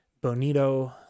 Bonito